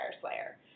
Slayer